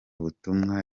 butumwa